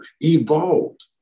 evolved